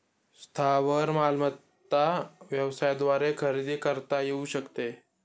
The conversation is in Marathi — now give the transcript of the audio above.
स्थावर मालमत्ता व्यवसायाद्वारे खरेदी करता येऊ शकते